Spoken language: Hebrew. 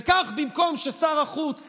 וכך, במקום ששר החוץ